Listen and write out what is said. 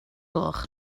gloch